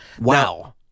Wow